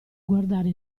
guardare